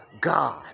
God